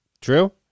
true